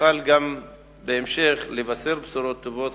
נוכל גם בהמשך לבשר בשורות טובות.